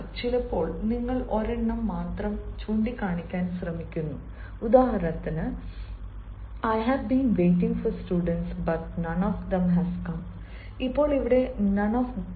എന്നാൽ ചിലപ്പോൾ നിങ്ങൾ ഒരെണ്ണം മാത്രം ചൂണ്ടിക്കാണിക്കാൻ ശ്രമിക്കുമ്പോൾ ഉദാഹരണത്തിന് I have been waiting for students but none of them has come I have been waiting for students but none of them has come